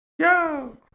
Yo